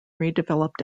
redeveloped